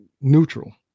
neutral